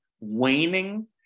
waning